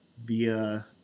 via